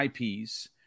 ips